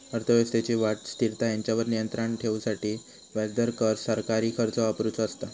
अर्थव्यवस्थेची वाढ, स्थिरता हेंच्यावर नियंत्राण ठेवूसाठी व्याजदर, कर, सरकारी खर्च वापरुचो असता